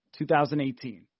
2018